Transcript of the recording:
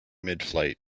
midflight